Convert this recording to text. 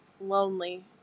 lonely